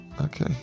okay